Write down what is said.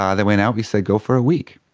um they went out, we said go for a week,